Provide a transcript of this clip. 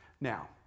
Now